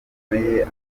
bikomeye